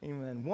Amen